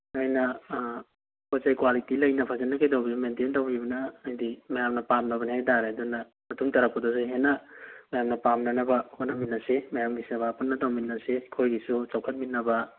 ꯅꯣꯏꯅ ꯄꯣꯠ ꯆꯩ ꯀ꯭ꯋꯥꯂꯤꯇꯤ ꯂꯩꯅ ꯐꯖꯅ ꯀꯩꯗꯧꯕꯤꯕ ꯃꯦꯟꯇꯦꯟ ꯇꯧꯕꯅꯤꯅ ꯍꯥꯏꯕꯗꯤ ꯃꯌꯥꯝꯅ ꯄꯥꯝꯕꯅꯤ ꯍꯥꯏꯕꯇꯔꯦ ꯑꯗꯨꯅ ꯃꯇꯨꯡ ꯇꯥꯔꯛꯄꯗꯁꯨ ꯍꯦꯟꯅ ꯃꯌꯥꯝꯅ ꯄꯥꯝꯅꯅꯕ ꯍꯣꯠꯅꯃꯤꯅꯁꯤ ꯃꯌꯥꯝꯒꯤ ꯁꯦꯕꯥ ꯄꯨꯟꯅ ꯇꯧꯃꯤꯟꯅꯁꯤ ꯑꯩꯈꯣꯏꯒꯤꯁꯨ ꯆꯥꯎꯈꯠꯃꯤꯟꯅꯕ